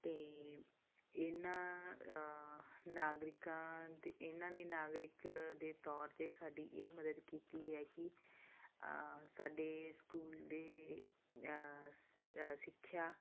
ਅਤੇ ਇਹਨਾਂ ਨਾਗਰਿਕਾਂ ਅਤੇ ਇਹਨਾਂ ਨੇ ਨਾਗਰਿਕ ਦੇ ਤੌਰ 'ਤੇ ਸਾਡੀ ਇਹ ਮਦਦ ਕੀਤੀ ਹੈ ਕਿ ਸਾਡੇ ਸਕੂਲ ਦੇ ਸਿੱਖਿਆ